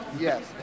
yes